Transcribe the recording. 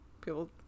people